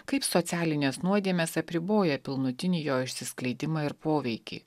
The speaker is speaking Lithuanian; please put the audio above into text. kaip socialinės nuodėmės apriboja pilnutinį jo išsiskleidimą ir poveikį